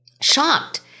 shocked